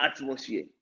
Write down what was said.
atmosphere